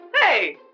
Hey